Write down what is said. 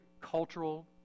cultural